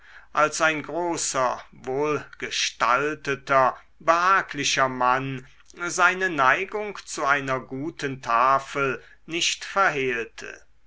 als ein großer wohlgestalteter behaglicher mann seine neigung zu einer guten tafel nicht verhehlte